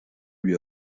lui